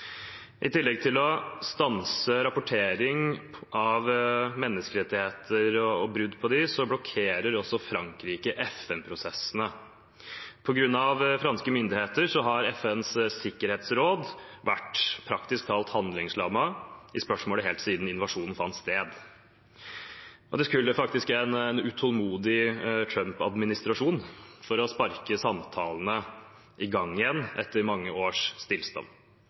I tillegg til å stanse rapportering av menneskerettigheter og brudd på dem blokkerer også Frankrike FN-prosessene. På grunn av franske myndigheter har FNs sikkerhetsråd vært praktisk talt handlingslammet i spørsmålet helt siden invasjonen fant sted. Det skulle faktisk en utålmodig Trump-administrasjon til for å sparke samtalene i gang igjen etter mange års